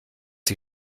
sie